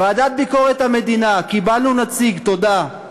ועדת ביקורת המדינה, קיבלנו נציג, תודה.